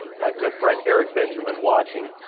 my good friend, eric benjamin watching,